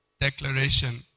declaration